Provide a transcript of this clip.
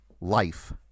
life